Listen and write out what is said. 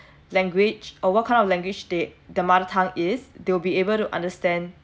language or what kind of language they their mother tongue is they will be able to understand